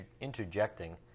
interjecting